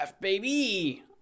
baby